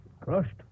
Crushed